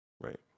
Right